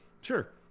Sure